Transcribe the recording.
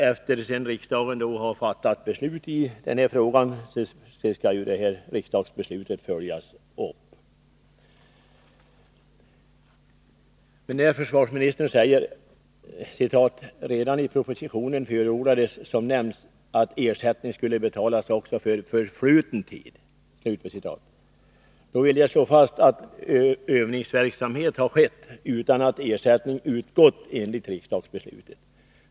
Efter det att riksdagen har fattat beslut i frågan skall detta riksdagsbeslut följas upp. Försvarsministern säger: ”Redan i propositionen förordades, som nämnts, att ersättning skulle betalas också för förfluten tid.” Då vill jag slå fast att övningsverksamhet har skett utan att ersättning utgått enligt riksdagsbeslutet.